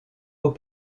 haut